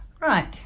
right